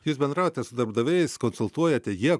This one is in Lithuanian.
jūs bendraujate su darbdaviais konsultuojate jie